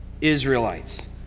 Israelites